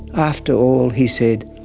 after all, he said,